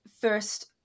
first